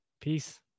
Peace